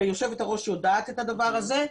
ויושבת הראש יודעת את הדבר הזה,